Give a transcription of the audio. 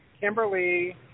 Kimberly